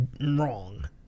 wrong